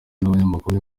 nabanyamakuru